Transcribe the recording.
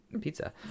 pizza